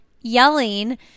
yelling